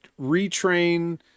retrain